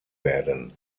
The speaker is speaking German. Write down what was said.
werden